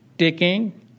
taking